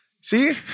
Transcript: See